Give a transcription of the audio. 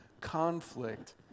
conflict